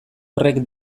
horrek